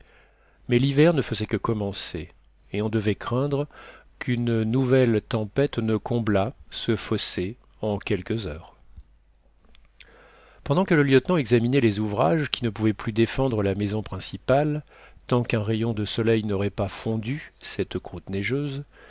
mais l'hiver ne faisait que commencer et on devait craindre qu'une nouvelle tempête ne comblât ce fossé en quelques heures pendant que le lieutenant examinait les ouvrages qui ne pouvaient plus défendre la maison principale tant qu'un rayon de soleil n'aurait pas fondu cette croûte neigeuse